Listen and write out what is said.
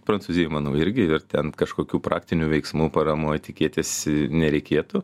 prancūzijoj manau irgi ir ten kažkokių praktinių veiksmų paramoj tikėtis nereikėtų